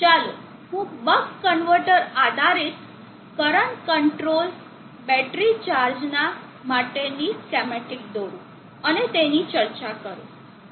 ચાલો હું buck converter આધારિત કરંટ કંટ્રોલ બેટરી ચાર્જના માટેની સ્કેમેટીક દોરું અને તેની ચર્ચા કરું